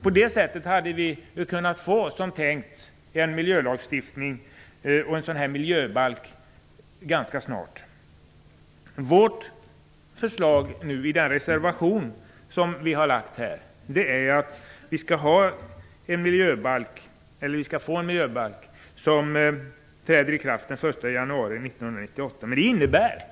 På det sättet hade vi, som ju var tänkt, kunnat få en miljölagstiftning, en miljöbalk, ganska snart. Vårt förslag i vår reservation här är att en miljöbalk träder i kraft den 1 januari 1998. Förmodligen innebär